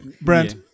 Brent